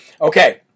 okay